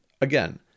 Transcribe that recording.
Again